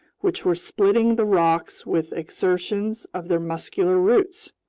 which were splitting the rocks with exertions of their muscular roots,